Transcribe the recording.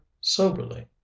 soberly